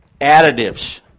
Additives